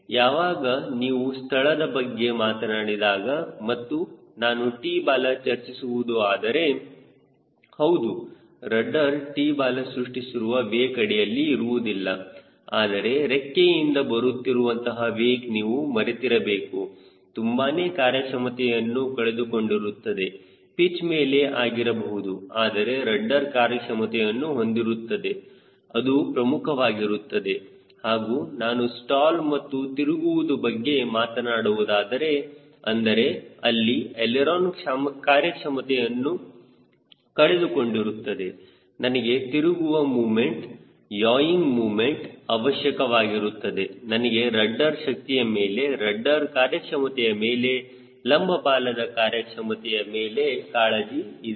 ಯಾವಾಗ ನೀವು ಸ್ಥಳದ ಬಗ್ಗೆ ಮಾತನಾಡಿದಾಗ ಮತ್ತು ನಾನು T ಬಾಲ ಚರ್ಚಿಸುವುದು ಆದರೆ ಹೌದು ರಡ್ಡರ್ T ಬಾಲ ಸೃಷ್ಟಿಸಿರುವ ವೇಕ್ ಅಡಿಯಲ್ಲಿ ಇರುವುದಿಲ್ಲ ಆದರೆ ರೆಕ್ಕೆಯಿಂದ ಬರುತ್ತಿರುವಂತಹ ವೇಕ್ ನೀವು ಮರೆತಿರಬೇಕು ತುಂಬಾನೇ ಕಾರ್ಯಕ್ಷಮತೆಯನ್ನು ಕಳೆದುಕೊಂಡಿರುತ್ತದೆ ಪಿಚ್ ಮೇಲೆ ಆಗಿರಬಹುದು ಆದರೆ ರಡ್ಡರ್ ಕಾರ್ಯಕ್ಷಮತೆಯನ್ನು ಹೊಂದಿರುತ್ತದೆ ಅದು ಪ್ರಮುಖವಾಗಿರುತ್ತದೆ ಹಾಗೂ ನಾನು ಸ್ಟಾಲ್ ಮತ್ತು ತಿರುಗುವುದು ಬಗ್ಗೆ ಮಾತನಾಡುವುದಾದರೆ ಅಂದರೆ ಅಲ್ಲಿ ಏಲೆರೊನ್ ಕಾರ್ಯಕ್ಷಮತೆಯನ್ನು ಕಳೆದುಕೊಂಡಿರುತ್ತದೆ ನನಗೆ ತಿರುಗುವ ಮೊಮೆಂಟ್ ಯಾಯಿಂಗ್ ಮೊಮೆಂಟ್ ಅವಶ್ಯಕವಾಗಿರುತ್ತದೆ ನನಗೆ ರಡ್ಡರ್ ಶಕ್ತಿಯ ಮೇಲೆ ರಡ್ಡರ್ ಕಾರ್ಯಕ್ಷಮತೆಯ ಮೇಲೆ ಲಂಬ ಬಾಲದ ಕಾರ್ಯಕ್ಷಮತೆಯ ಮೇಲೆ ಕಾಳಜಿ ಇದೆ